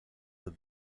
with